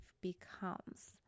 becomes